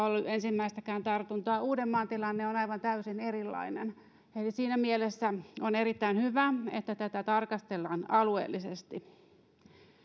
ollut satakunnassa ensimmäistäkään tartuntaa uudenmaan tilanne on aivan täysin erilainen siinä mielessä on erittäin hyvä että tätä tarkastellaan alueellisesti